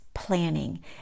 planning